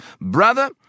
Brother